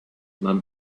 mom